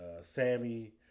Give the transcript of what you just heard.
Sammy